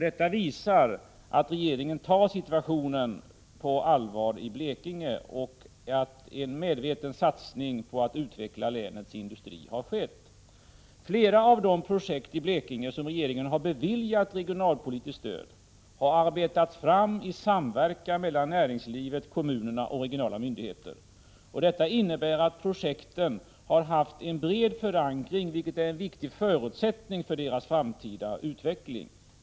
Detta visar att regeringen tar situationen i Blekinge på allvar och att en medveten satsning på att utveckla länets industri har skett. Förslag till flera av de projekt i Blekinge till vilka regeringen har beviljat regionalpolitiskt stöd har arbetats fram i samverkan mellan näringslivet, kommunerna och regionala myndigheter. Detta innebär att projekten har haft en bred förankring, vilket är en viktig förutsättning för deras framtida utveckling.